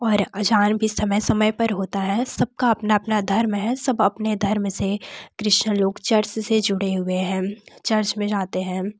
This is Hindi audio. और अज़ान भी समय समय पर होता है सबका अपना अपना धर्म है सब अपने धर्म से क्रिस्चन लोग चर्च से जुड़े हुए हैं चर्च में जाते हैं